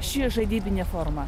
ši žaidybinė forma